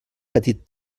petit